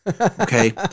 okay